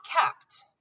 kept